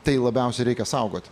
tai labiausiai reikia saugot